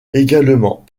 également